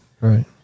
Right